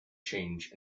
change